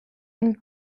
une